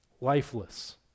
lifeless